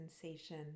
sensation